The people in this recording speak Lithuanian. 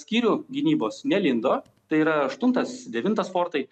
skyrių gynybos nelindo tai yra aštuntas devintas fortai